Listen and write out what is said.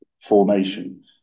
formation